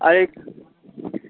अरे